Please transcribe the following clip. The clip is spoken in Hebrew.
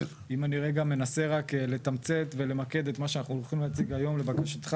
אז אם אני רגע צריך לתמצת ולמקד את מה שאנחנו הולכים להציג היום לבקשתך,